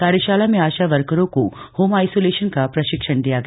कार्यशाला में आशा वर्करों को होम आइसोलेशन का प्रशिक्षण दिया गया